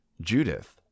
Judith